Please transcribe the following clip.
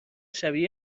شبیه